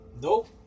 nope